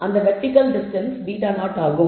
அந்த vertical distance β0 ஆகும்